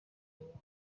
ibintu